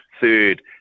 third